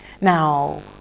Now